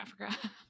Africa